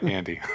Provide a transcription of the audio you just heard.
Andy